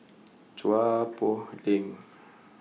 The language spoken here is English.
Chua Poh Leng